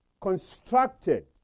constructed